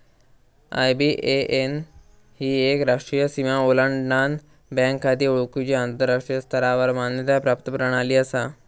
IBAN ही एक राष्ट्रीय सीमा ओलांडान बँक खाती ओळखुची आंतराष्ट्रीय स्तरावर मान्यता प्राप्त प्रणाली असा